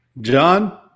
John